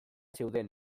zeuden